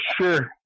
sure